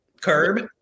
curb